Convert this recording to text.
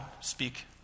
speak